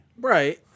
Right